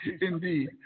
Indeed